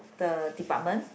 the department